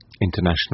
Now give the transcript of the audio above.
International